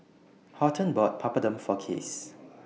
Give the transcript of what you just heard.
Horton bought Papadum For Case